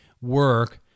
work